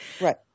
Right